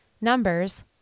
numbers